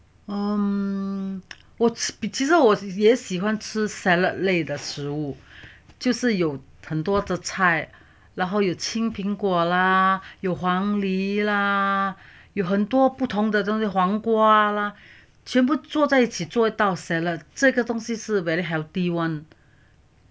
嗯我我其实我也喜欢吃 salad leh 的食物就是有很多的菜然后有青苹果啦有黄梨啦有很多不同的东西黄瓜啦全部做在一起做一道 salad 这个东西是 very healthy one